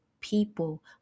people